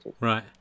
Right